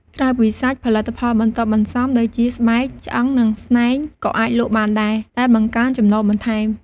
ក្រៅពីសាច់ ផលិតផលបន្ទាប់បន្សំដូចជាស្បែក ឆ្អឹង និងស្នែង ក៏អាចលក់បានដែរ ដែលបង្កើនចំណូលបន្ថែម។